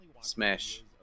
smash